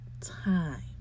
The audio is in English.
time